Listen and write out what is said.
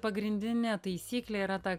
pagrindinė taisyklė yra ta